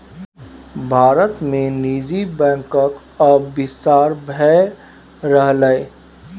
भारत मे निजी बैंकक आब बिस्तार भए रहलैए